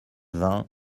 vingt